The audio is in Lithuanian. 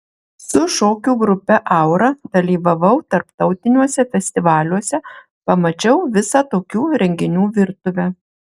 su šokių grupe aura dalyvavau tarptautiniuose festivaliuose pamačiau visą tokių renginių virtuvę